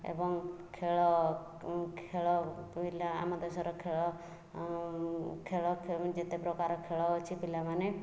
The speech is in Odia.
ଏବଂ ଖେଳ ଖେଳ ପିଲା ଆମ ଦେଶର ଖେଳ ଖେଳ ଯେତେ ପ୍ରକାର ଖେଳ ଅଛି ପିଲାମାନେ